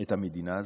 את המדינה הזאת?